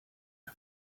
eux